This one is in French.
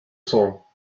sang